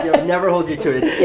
i would never hold you to it,